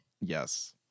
Yes